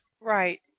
Right